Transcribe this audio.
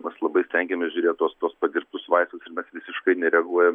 mes labai stengiamės žiūrėt tuos tuos padirbtus vaistus ir mes visiškai nereaguojam